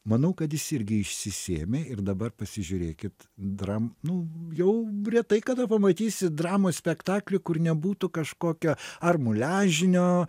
manau kad jis irgi išsisėmė ir dabar pasižiūrėkit dram nu jau retai kada pamatysi dramos spektaklį kur nebūtų kažkokio ar muležinio